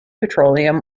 petroleum